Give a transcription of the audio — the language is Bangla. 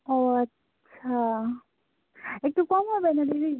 ও আচ্ছা একটু কম হবে না দিদি